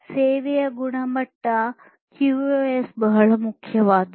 ಸೇವೆಯ ಗುಣಮಟ್ಟ ಕ್ಯೂಒಎಸ್ ಬಹಳ ಮುಖ್ಯವಾದುದು